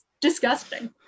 disgusting